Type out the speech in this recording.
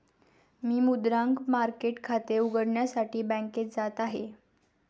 मी मुद्रांक मार्केट खाते उघडण्यासाठी बँकेत जात आहे